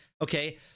Okay